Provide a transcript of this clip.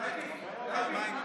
היושבת-ראש יכול להיות פעמיים.